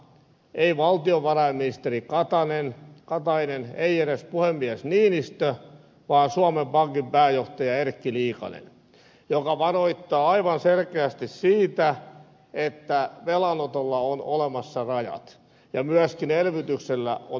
ei valtiovarainministeri katainen ei edes puhemies niinistö vaan suomen pankin pääjohtaja erkki liikanen joka varoittaa aivan selkeästi siitä että velanotolla on olemassa rajat ja myöskin elvytyksellä on olemassa rajat